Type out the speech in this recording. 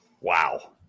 Wow